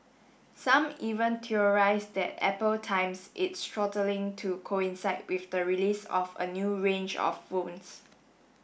some even theorised that Apple times its throttling to coincide with the release of a new range of phones